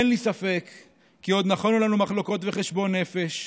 אין לי ספק כי עוד נכונו לנו מחלוקות וחשבון נפש.